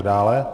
Dále